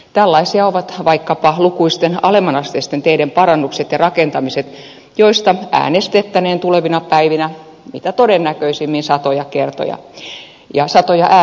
tällaisia ovat vaikkapa lukuisten alemmanasteisten teiden parannukset ja rakentamiset joista äänestettäneen tulevina päivinä mitä todennäköisimmin satoja kertoja ja satoja äänestyksiä